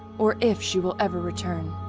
or if, she will ever return.